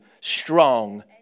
strong